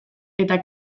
eta